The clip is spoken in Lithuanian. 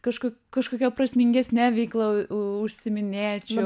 kažku kažkokia prasmingesne veikla užsiiminėčiau